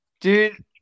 Dude